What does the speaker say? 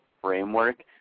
framework